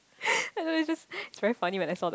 I don't know it's just it's very funny when I saw the